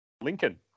Lincoln